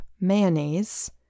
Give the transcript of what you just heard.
mayonnaise